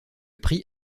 prix